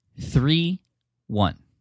three-one